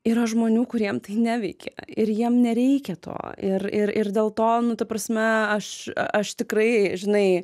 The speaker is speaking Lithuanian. yra žmonių kuriem tai neveikia ir jiem nereikia to ir ir ir dėl to nu ta prasme aš aš tikrai žinai